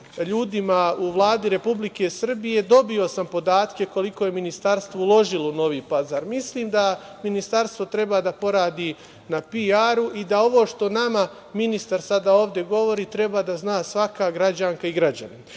ljudima u Vladi Republike Srbije dobio sam podatke koliko je ministarstvo uložilo u Novi Pazar. Mislim da ministarstvo treba da poradi na PR-u i da ovo što nama ministar sada ovde govori treba da zna svaka građanka i građanin. Želim